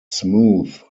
smooth